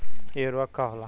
इ उर्वरक का होला?